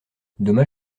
dommage